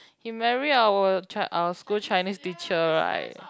he marry our chi~ our school Chinese teacher right